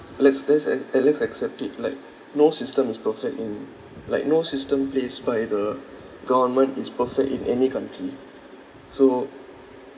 let's let's a~ eh let's accept it like no system is perfect in like no system placed by the government is perfect in any country so